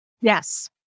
Yes